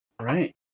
Right